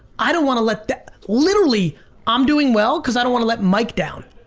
i don't wanna let that, literally i'm doing well, cause i don't wanna let mike down.